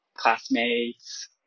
classmates